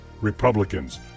Republicans